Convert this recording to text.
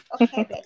Okay